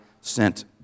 sent